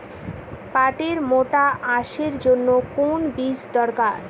পাটের মোটা আঁশের জন্য কোন বীজ দরকার?